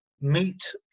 meet